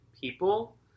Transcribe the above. people